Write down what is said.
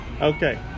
okay